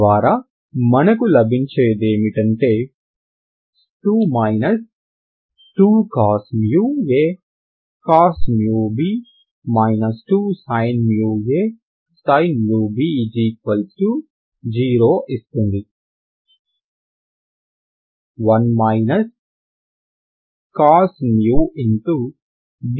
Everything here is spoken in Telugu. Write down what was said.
తద్వారా మనకు లబించేదేమిటంటే 2 2cos acos b 2sin asin b0 ఇస్తుంది